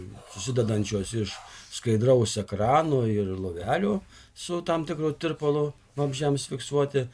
susidedančios iš skaidraus ekrano ir lovelių su tam tikru tirpalu vabzdžiams fiksuoti